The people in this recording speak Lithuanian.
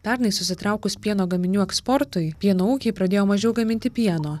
pernai susitraukus pieno gaminių eksportui pieno ūkiai pradėjo mažiau gaminti pieno